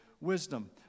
wisdom